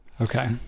okay